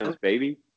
baby